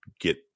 get